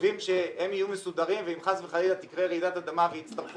וחושבים שהם יהיו מסודרים ואם חס וחלילה תקרה רעידת אדמה ויצטרכו